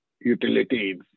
utilities